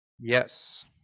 Yes